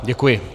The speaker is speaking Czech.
Děkuji.